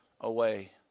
away